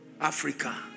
Africa